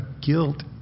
guilt